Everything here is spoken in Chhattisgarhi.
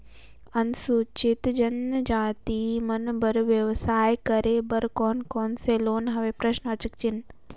अनुसूचित जनजाति मन बर व्यवसाय करे बर कौन कौन से लोन हवे?